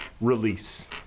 release